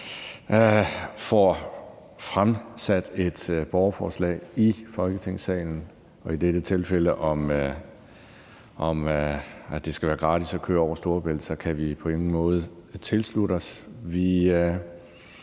får fremsat et borgerforslag i Folketingssalen – i dette tilfælde om, at det skal være gratis at køre over Storebælt – kan vi på ingen måde tilslutte os.